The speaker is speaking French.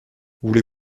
voulez